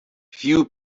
few